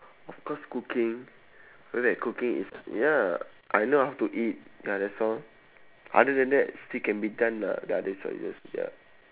of course cooking whatever I cooking is ya I know how to eat ya that's all other than that still can be done ah the other choices ya